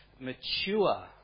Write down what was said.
mature